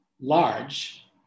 large